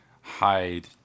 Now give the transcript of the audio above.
hide